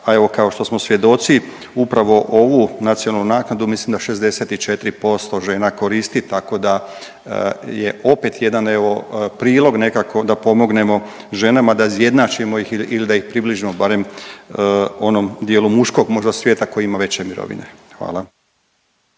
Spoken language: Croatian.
a evo, kao što smo svjedoci, upravo ovu nacionalnu naknadu mislim da 64% žena koristi, tako da je opet jedan, evo, prilog nekako da pomognemo ženama da izjednačimo ih ili da ih približimo barem onom dijelu muškog možda svijeta koji ima veće mirovine. Hvala.